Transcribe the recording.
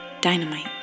Dynamite